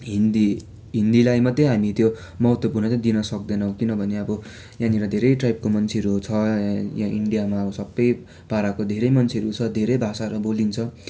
हिन्दी हिन्दीलाई मात्रै हामी त्यो महत्त्वपूर्ण चाहिँ दिन सक्दैनौँ किनभने अब यहाँनेर धेरै ट्राइबको मान्छेहरू छ यहाँ इन्डियामा अब सबै पाराको धेरै मान्छेहरू छ धेरै भाषाहरू बोलिन्छ